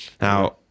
Now